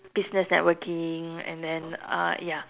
business networking and then uh ya